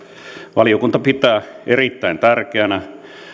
valiokunta pitää erittäin tärkeänä